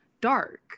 dark